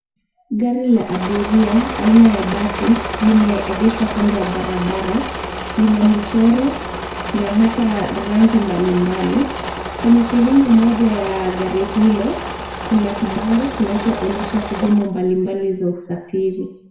Gari la abiria aina ya basi limeegeshwa kando ya barabara, lina michoro na hata rangi mbalimbali. Kwenye sehemu moja ya gari hilo kuna kibango kinachoonyesha sehemu mbalimbali za usafiri.